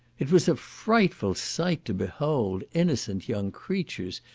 it was a frightful sight to behold innocent young creatures,